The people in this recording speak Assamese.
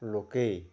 লোকেই